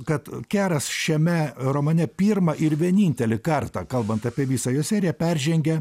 kad keras šiame romane pirmą ir vienintelį kartą kalbant apie visą jo seriją peržengia